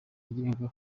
agenga